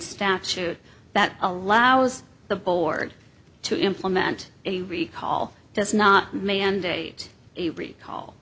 statute that allows the board to implement a recall does not mandate a recall